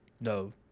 no